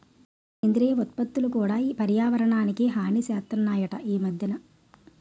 సేంద్రియ ఉత్పత్తులు కూడా పర్యావరణానికి హాని సేస్తనాయట ఈ మద్దెన